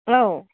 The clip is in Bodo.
औ